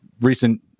Recent